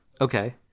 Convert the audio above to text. Okay